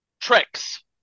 Tricks